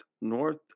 North